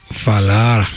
falar